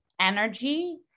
energy